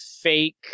fake